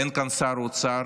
אין כאן שר אוצר